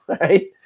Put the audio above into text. Right